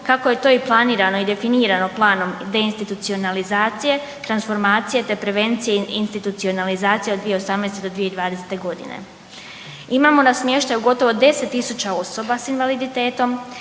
kako je to i planirano i definirano planom deinstitucionalizacije, transformacije te prevencije i institucionalizacije od 2018.-2020.g. Imamo na smještaju gotovo 10.000 osoba s invaliditetom